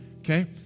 okay